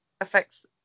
affects